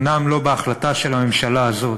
אומנם לא בהחלטה של הממשלה הזאת,